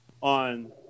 on